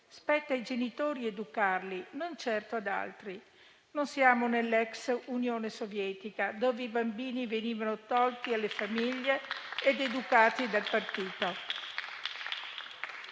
spetta ai genitori educarli, non certo ad altri. Non siamo nell'ex Unione Sovietica, dove i bambini venivano tolti alle famiglie ed educati dal Partito.